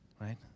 Right